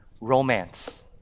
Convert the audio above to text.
romance